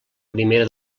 primera